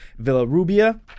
Villarubia